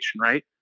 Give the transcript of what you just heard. right